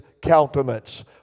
countenance